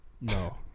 No